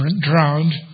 drowned